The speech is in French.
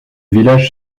village